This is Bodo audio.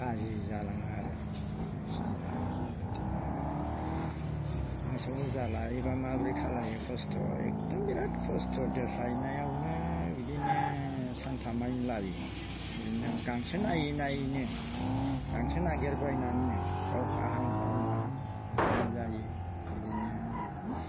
गाज्रि जालाङो आरो बेखिनि आरो बिदिनो मोसौ बुरजा लायोबा माबोरै खालायो खस्थ एकदम बिराथ खस्थ दोस्लायनायावनो बिदिनो सानफामानि लायो बिदिनो गांसो नायै नायैनो गांसो नागिरबायनानैनो बाव खाहां बाव माहां बिदिनो जायो बिदिनो